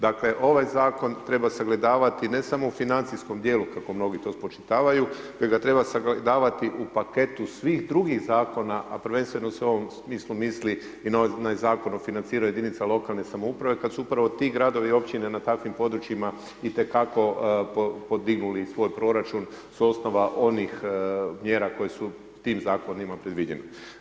Dakle, ovaj zakon treba sagledavati ne samo u financijskom dijelu, kako mnogi to spočitavaju već ga treba sagledavati u paketu svih drugih zakona, a prvenstveno se u ovom smislu misli i na Zakon o financiranju jedinica lokalne samouprave kad su upravo ti gradovi i općine na takvim područjima i te kako podignuli svoj proračun s osnova onih mjera koje su tim zakonima predviđeni.